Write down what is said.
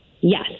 Yes